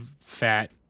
fat